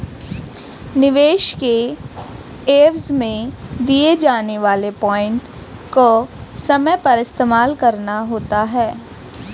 निवेश के एवज में दिए जाने वाले पॉइंट को समय पर इस्तेमाल करना होता है